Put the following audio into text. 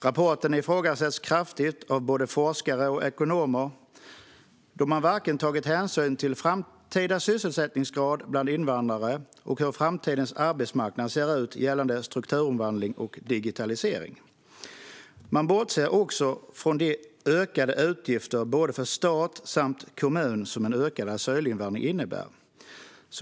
Rapporten ifrågasätts kraftigt av både forskare och ekonomer, då man varken tagit hänsyn till framtida sysselsättningsgrad bland invandrare eller hur framtidens arbetsmarknad ser ut gällande strukturomvandling och digitalisering. Man bortser också från de ökade utgifter både för stat och för kommuner som en ökad asylinvandring innebär.